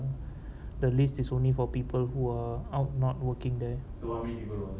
the list is only for people who are out not working there